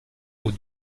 aux